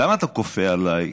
למה אתה כופה עליי?